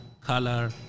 color